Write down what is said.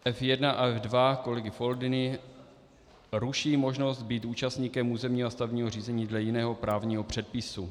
F1 a F2 kolegy Foldyny ruší možnost být účastníkem územního a stavebního řízení dle jiného právního předpisu.